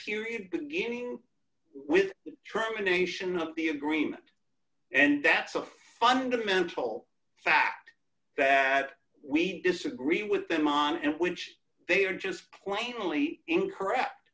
period beginning with trepidation of the agreement and that's a fundamental fact that we disagree with them on and which they are just plainly incorrect